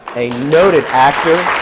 a noted actor,